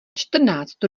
čtrnáct